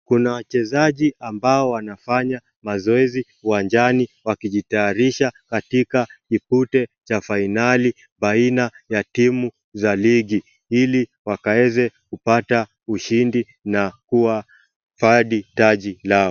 Kuna wachezaji ambao wanafanya mazoezi uwanjani wakijitayarisha katika kipute cha fainali baina ya timu za ligi ili wakaeze kupata ushindi na kuwa fadi taji lao.